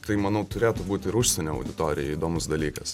tai manau turėtų būt ir užsienio auditorijai įdomus dalykas